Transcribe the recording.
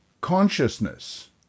Consciousness